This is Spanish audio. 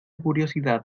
curiosidad